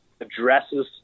addresses